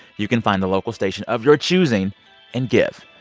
you can find the local station of your choosing and give.